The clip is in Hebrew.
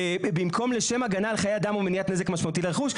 במקום לשם הגנה לחיי אדם ומניעת נזק משמעותי לרכוש,